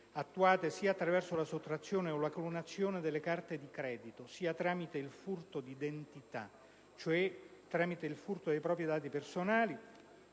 attuate sia attraverso la sottrazione o la clonazione delle carte di credito sia tramite il furto d'identità, cioè il furto dei propri dati personali,